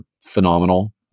phenomenal